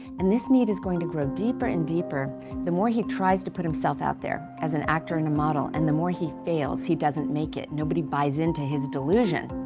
and this need is going to grow deeper and deeper the more he tries to put himself out there as an actor in a model and the more he fails he doesn't make it nobody buys into his delusion.